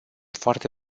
foarte